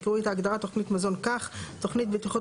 יקראו את ההגדרה "תוכנית בטיחות מזון" כך: ""תוכנית מזון בטיחות